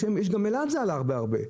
וגם באלעד זה עלה בהרבה.